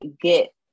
get